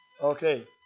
Okay